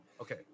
okay